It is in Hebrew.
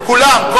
כולן.